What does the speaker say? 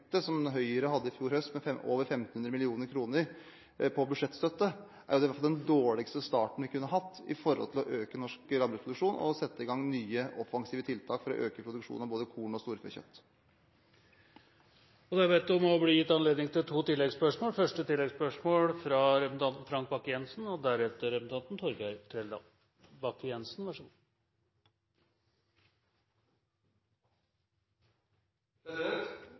budsjettstøtte som Høyre foreslo i fjor med over 15 mill. kr, den dårligste starten man kunne hatt når det gjelder å øke norsk landbruksproduksjon og å sette i gang nye, offensive tiltak for å øke produksjonen av både korn og storfekjøtt. Det blir gitt anledning til to